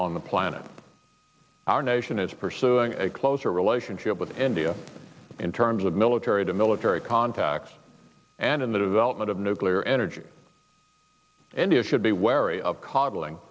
on the planet our nation is pursuing a closer relationship with india in terms of military to military contacts and in the development of nuclear energy india should be wary of coddling